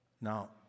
Now